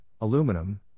aluminum